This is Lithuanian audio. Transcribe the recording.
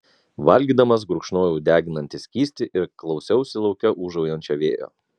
valgydamas gurkšnojau deginantį skystį ir klausiausi lauke ūžaujančio vėjo